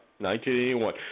1981